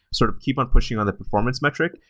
sort of keep on pushing on the performance metric,